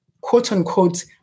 quote-unquote